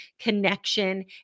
Connection